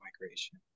migration